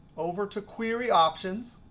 over to query options.